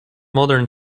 modern